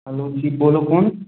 hello ji बोलो कौन